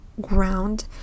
ground